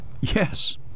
Yes